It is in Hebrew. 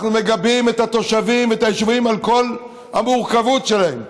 אנחנו מגבים את התושבים ואת היישובים על כל המורכבות שלהם,